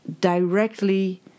directly